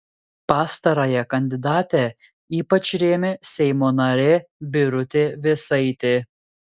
pastarąją kandidatę ypač rėmė seimo narė birutė vėsaitė